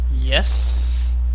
Yes